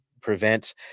prevent